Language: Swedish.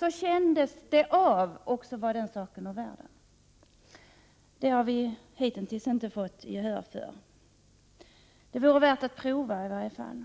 Det skulle kännas, och så skulle saken vara ur världen. Detta har vi hittills inte fått gehör för, men det vore värt att i alla fall prova.